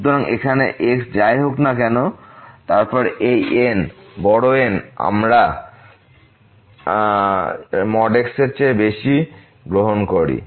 সুতরাং এখানে xযাই হোক না কেন তারপর এই N বড় N আমরা x এর চেয়ে বেশি গ্রহণ করি